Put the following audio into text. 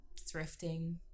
thrifting